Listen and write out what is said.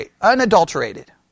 unadulterated